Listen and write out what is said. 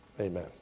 Amen